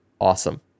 awesome